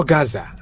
Gaza